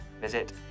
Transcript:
visit